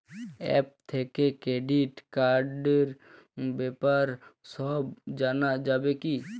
App থেকে credit কার্ডর ব্যাপারে সব জানা যাবে কি?